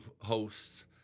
hosts